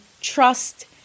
trust